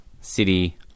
city